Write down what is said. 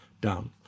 down